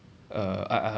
err uh err